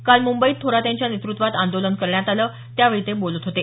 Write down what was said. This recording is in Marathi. काल मुंबईत थोरात यांच्या नेतृत्वात आंदोलन करण्यात आलं त्यावेळी ते बोलत होते